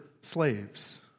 slaves